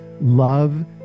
love